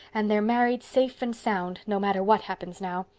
and they're married safe and sound, no matter what happens now.